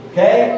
Okay